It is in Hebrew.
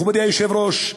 מכובדי היושב-ראש,